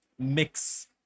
mix